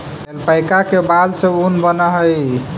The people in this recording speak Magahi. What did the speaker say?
ऐल्पैका के बाल से ऊन बनऽ हई